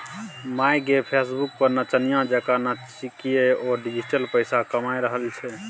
माय गे फेसबुक पर नचनिया जेंका नाचिकए ओ डिजिटल पैसा कमा रहल छै